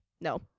no